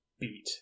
beat